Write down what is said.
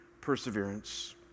perseverance